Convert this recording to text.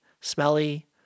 smelly